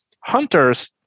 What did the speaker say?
hunters